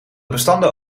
bestanden